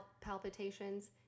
palpitations